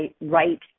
right